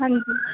हां जी